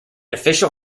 official